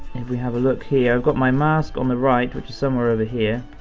if we have a look here, i've got my mask on the right, which is somewhere over here,